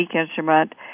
instrument